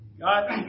God